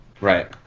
Right